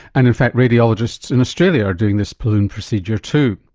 and in fact radiologists in australia are doing this balloon procedure too.